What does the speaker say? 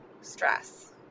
stress